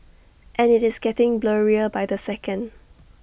and IT is getting blurrier by the second